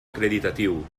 acreditatiu